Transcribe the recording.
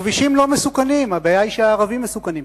הכבישים לא מסוכנים, הבעיה היא שהערבים מסוכנים.